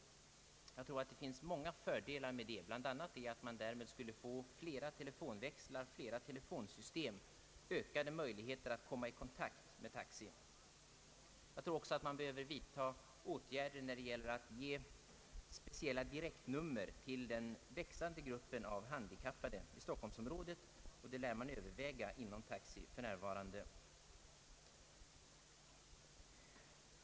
Jag tror att detta skulle medföra många fördelar. Bland annat skulle man då få flera telefonväxlar, flera telefonsystem och därmed ökade möjligheter att komma i kontakt med taxi. Jag tror också att man behöver vidtaga åtgärder för att få fram speciella direktnummer för den växande gruppen av handikappade i Stockholmsområdet, och detta lär för närvarande övervägas inom Taxi.